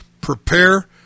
Prepare